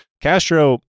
Castro